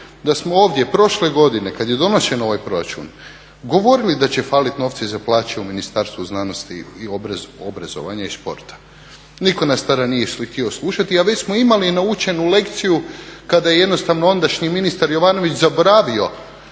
da smo ovdje prošle godine kad je donošen ovaj proračun govorili da će falit novca za plaće u Ministarstvu znanosti, obrazovanja i sporta. Nitko nas tada nije htio slušati, a već smo imali naučenu lekciju kada je jednostavno ondašnji ministar Jovanović zaboravio